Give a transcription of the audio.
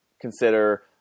consider